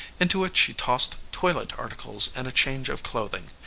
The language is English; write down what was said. into it she tossed toilet articles and a change of clothing,